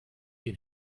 den